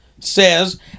Says